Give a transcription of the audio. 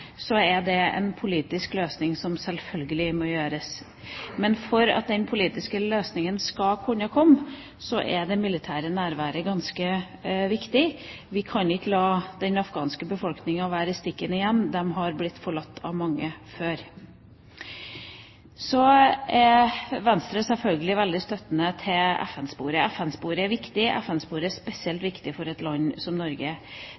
er det selvfølgelig en politisk løsning som må finnes. Men for at den politiske løsningen skal kunne komme, er det militære nærværet ganske viktig. Vi kan ikke la den afghanske befolkningen i stikken igjen. De har blitt forlatt av mange før. Venstre støtter selvfølgelig FN-sporet. FN-sporet er viktig, spesielt for et land som Norge. Derfor deler vi Kristelig Folkepartis bekymring når det gjelder feltsykehuset i Tsjad. Norge